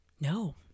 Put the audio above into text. No